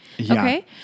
Okay